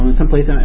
someplace